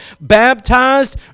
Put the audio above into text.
baptized